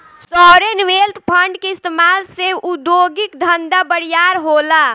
sovereign wealth fund के इस्तमाल से उद्योगिक धंधा बरियार होला